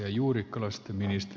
arvoisa puhemies